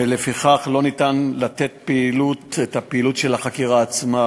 ולפיכך לא ניתן את הפעילות של החקירה עצמה.